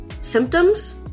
symptoms